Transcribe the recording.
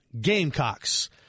Gamecocks